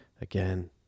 again